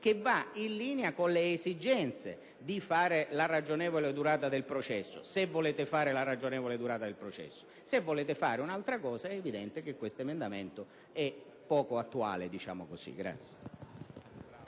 senso, in linea con le esigenze di fare la ragionevole durata del processo, se volete fare la ragionevole durata del processo; se volete fare un'altra cosa, è evidente che il mio emendamento è poco attuale. Chiediamo la votazione